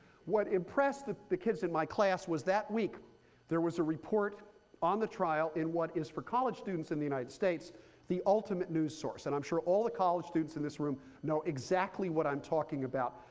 what impressed the the kids in my class was that week there was a report on the trial in what is for college students in the united states the ultimate new source. and i'm sure all the college students in this room know exactly what i'm talking about.